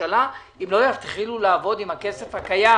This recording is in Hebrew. הממשלה אם לא יתחילו לעבוד עם הכסף הקיים,